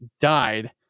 died